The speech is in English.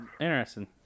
interesting